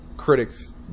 Critics